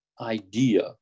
idea